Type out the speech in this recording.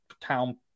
town